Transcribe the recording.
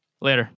Later